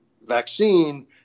vaccine